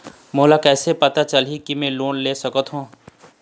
मोला कइसे पता चलही कि मैं ह लोन ले सकथों?